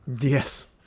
Yes